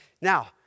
Now